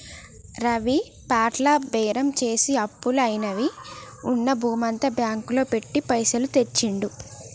రవి ప్లాట్ల బేరం చేసి అప్పులు అయినవని ఉన్న భూమంతా బ్యాంకు లో పెట్టి పైసలు తెచ్చిండు